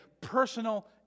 personal